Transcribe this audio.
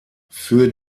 für